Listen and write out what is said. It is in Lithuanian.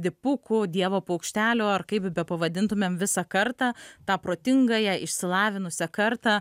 dipukų dievo paukštelio ar kaip bepavadintumėm visą kartą tą protingąją išsilavinusią kartą